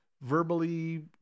verbally